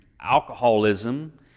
alcoholism